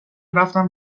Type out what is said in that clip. رفتم